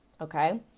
okay